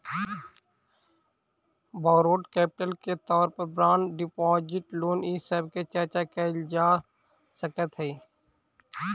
borrowed capital के तौर पर बॉन्ड डिपाजिट लोन इ सब के चर्चा कैल जा सकऽ हई